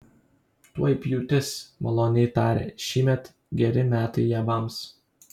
tuoj pjūtis maloniai tarė šįmet geri metai javams